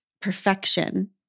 perfection